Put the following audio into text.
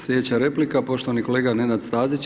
Sljedeća replika poštovani kolega Nenad Stazić.